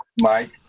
Mike